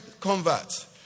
converts